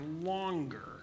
longer